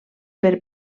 per